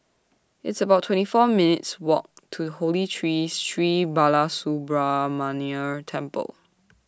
It's about twenty four minutes' Walk to Holy Tree Sri Balasubramaniar Temple